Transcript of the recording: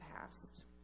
past